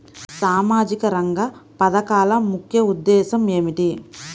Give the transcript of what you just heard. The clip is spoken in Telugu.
సామాజిక రంగ పథకాల ముఖ్య ఉద్దేశం ఏమిటీ?